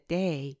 day